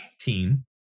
team